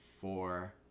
four